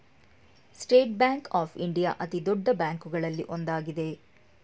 state bank of India ಅತಿದೊಡ್ಡ ಬ್ಯಾಂಕುಗಳಲ್ಲಿ ಒಂದಾಗಿದೆ